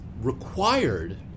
required